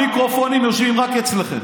המיקרופונים יושבים רק אצלכם.